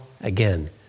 again